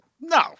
No